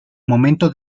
momento